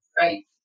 right